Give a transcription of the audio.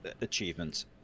achievements